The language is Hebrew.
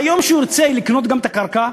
ביום שהוא ירצה לקנות גם את הקרקע,